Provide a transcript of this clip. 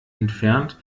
entfernt